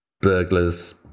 burglars